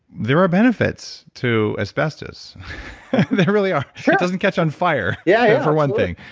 there are benefits to asbestos. there really are sure? it doesn't catch on fire yeah for one thing,